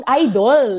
idol